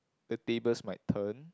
the tables might turn